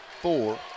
four